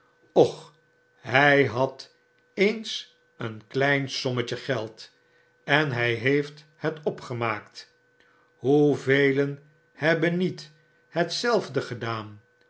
och hij had eens een klein sommetje geld en hij heeft het opgemaakt hoevelen hebben niet hetzelfde gedaan